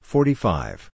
Forty-five